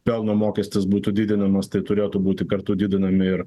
pelno mokestis būtų didinamas tai turėtų būti kartu didinami ir